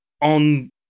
on